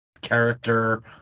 character